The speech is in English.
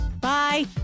Bye